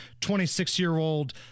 26-year-old